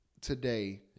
today